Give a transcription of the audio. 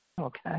Okay